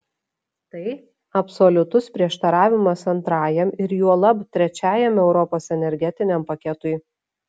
tai absoliutus prieštaravimas antrajam ir juolab trečiajam europos energetiniam paketui